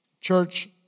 Church